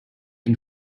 and